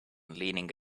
leaning